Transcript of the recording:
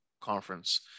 conference